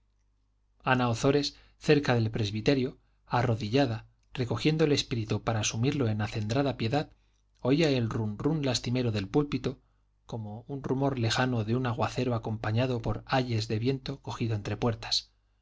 ana ozores cerca del presbiterio arrodillada recogiendo el espíritu para sumirlo en acendrada piedad oía el rum rum lastimero del púlpito como el rumor lejano de un aguacero acompañado por ayes del viento cogido entre puertas